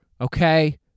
Okay